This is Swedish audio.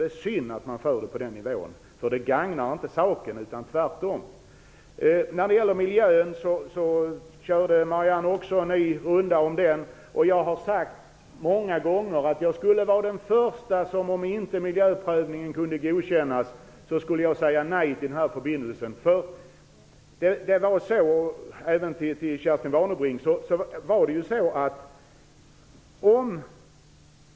Det är synd att debatten förs på den nivån, därför att det gagnar inte saken - tvärtom. Marianne Samuelsson hade också en ny runda om miljön. Jag har många gånger sagt att jag, om miljöprövningen inte kunde godkännas, vore den förste att säga nej till den här förbindelsen. Här vänder jag mig även till Kerstin Warnerbring.